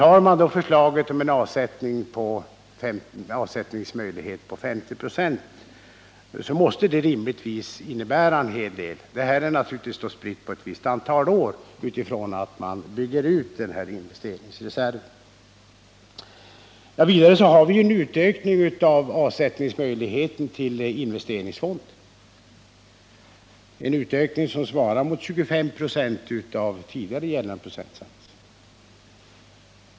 Antas då förslaget om en avsättningsmöjlighet på 50 96, måste det rimligtvis innebära en hel del i skattebortfall — effekten sprids naturligtvis ut på ett antal år från det att man börjar bygga upp investeringsreserven. Vidare utökas möjligheterna att göra avsättning till investeringsfond, en utökning som svarar mot 25 ?6 av tidigare gällande procentsats.